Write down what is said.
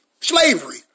slavery